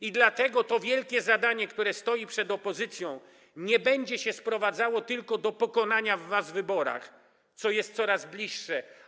I dlatego to wielkie zadanie, które stoi przed opozycją, nie będzie się sprowadzało tylko do pokonania was w wyborach, co jest coraz bliższe.